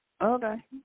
Okay